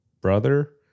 brother